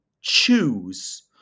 choose